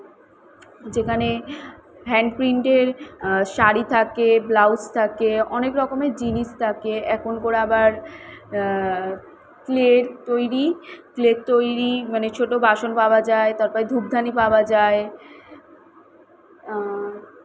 যেখানে হ্যান্ড প্রিন্টের শাড়ি থাকে ব্লাউস থাকে অনেক রকমের জিনিস থাকে এখন করে আবার ক্লের তৈরি ক্লের তৈরি মানে ছোটো বাসন পাওয়া যায় তারপরে ধূপধানি পাওয়া যায়